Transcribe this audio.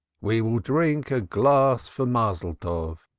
we will drink, a glass for mazzoltov,